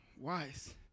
wise